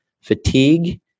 fatigue